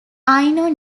ainu